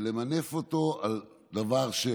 היו צריכים להיות בה למעלה מ-20 מיליון אחרי שני דורות וחצי,